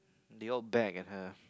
the old bag and her